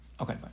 Okay